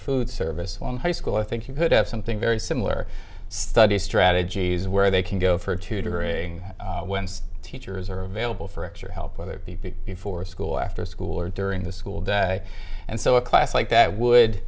food service one high school i think you could have something very similar studies strategies where they can go for tutoring when teachers are available for extra help whether it be before school after school or during the school day and so a class like that would